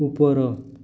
ଉପର